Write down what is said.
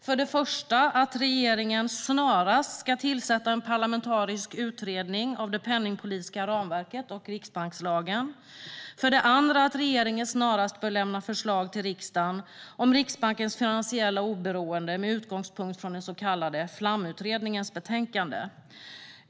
För det första bör regeringen snarast tillsätta en parlamentarisk utredning av det penningpolitiska ramverket och riksbankslagen. För det andra bör regeringen snarast lämna förslag till riksdagen om Riksbankens finansiella oberoende med utgångspunkt i den så kallade Flamutredningens betänkande.